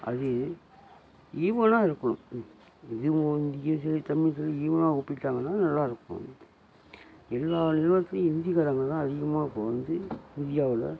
அது ஈவனாக இருக்கணும் ஹிந்தியும் சரி தமிழும் சரி ஈவனாக ஒப்பிட்டாங்கனால் நல்லாயிருக்கும் எல்லா இடத்திலும் ஹிந்திக்காரங்க தான் அதிகமாக இப்போது வந்து இந்தியாவில்